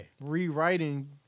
rewriting